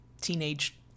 teenage